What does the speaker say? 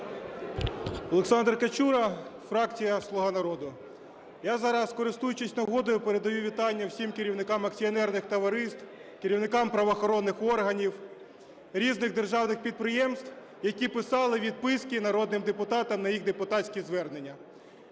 Олександр Качура, фракція "Слуга нарду". Я зараз, користуючись нагодою, передаю вітання всім керівникам акціонерних товариств, керівникам правоохоронних органів, різних державних підприємств, які писали відписки народним депутатам на їх депутатські звернення.